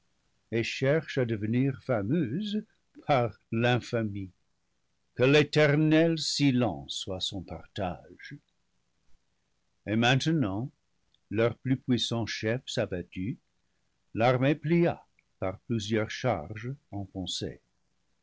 et cherche à devenir fameuse par l'infamie que l'éternel silence soit son partage et maintenant leurs plus puissants chefs abattus l'armée plia par plusieurs charges